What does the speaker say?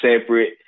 separate